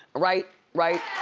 right, right?